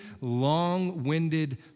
long-winded